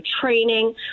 training